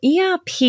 ERP